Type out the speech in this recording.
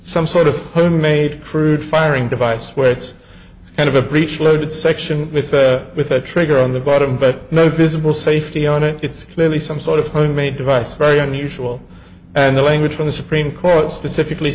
some sort of homemade crude firing device where it's kind of a breech loaded section with a trigger on the bottom but no visible safety on it it's clearly some sort of clothing made device very unusual and the language from the supreme court specifically